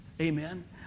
Amen